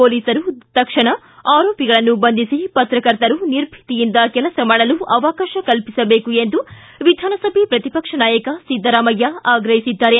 ಪೊಲೀಸರು ತಕ್ಷಣ ಆರೋಪಿಗಳನ್ನು ಬಂಧಿಸಿ ಪತ್ರಕರ್ತರು ನಿರ್ಭೀತಿಯಿಂದ ಕೆಲಸ ಮಾಡಲು ಅವಕಾಶ ಕಲ್ಪಿಸಬೇಕು ಎಂದು ವಿಧಾನಸಭೆ ಪ್ರತಿಪಕ್ಷ ನಾಯಕ ಸಿದ್ದರಾಮಯ್ಯ ಆಗ್ರಹಿಸಿದ್ದಾರೆ